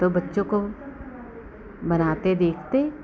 तो बच्चो को बरहाते देखते